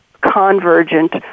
convergent